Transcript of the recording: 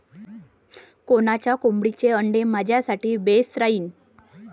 कोनच्या कोंबडीचं आंडे मायासाठी बेस राहीन?